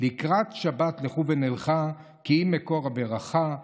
"לקראת שבת לכו ונלכה / כי היא מקור הברכה /